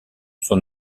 son